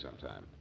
sometime